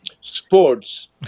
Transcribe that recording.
sports